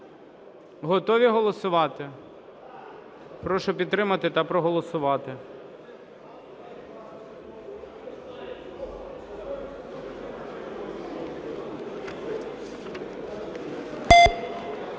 Готові голосувати? Прошу підтримати та проголосувати.